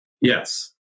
Yes